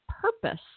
purpose